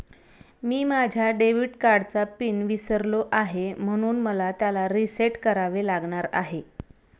मी माझ्या डेबिट कार्डचा पिन विसरलो आहे म्हणून मला त्याला रीसेट करावे लागणार आहे